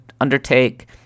undertake